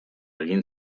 egin